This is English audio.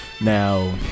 now